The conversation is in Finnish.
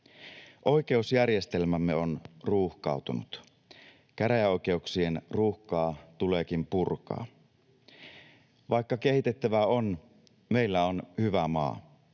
Oikeusjärjestelmämme on ruuhkautunut. Käräjäoikeuksien ruuhkaa tuleekin purkaa. Vaikka kehitettävää on, meillä on hyvä maa.